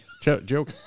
Joke